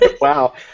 Wow